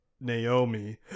Naomi